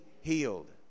healed